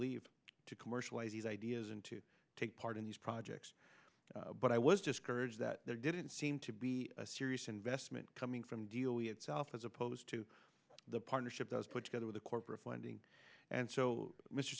leave to commercialize these ideas and to take part in these projects but i was discouraged that there didn't seem to be a serious investment coming from delia itself as opposed to the partnership that was put together with the corporate funding and so mr